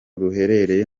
ruherereye